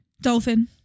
Dolphin